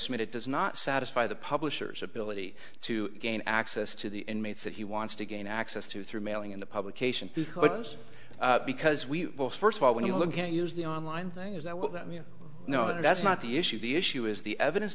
submit it does not satisfy the publisher's ability to gain access to the inmates that he wants to gain access to through mailing in the publication because we first of all when you look at use the online thing is that what that means no that's not the issue the issue is the evidence